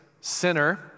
sinner